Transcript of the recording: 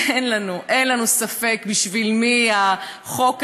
אין לנו, אין לנו ספק בשביל מי החוק הזה,